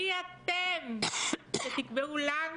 מי אתם שתקבעו לנו?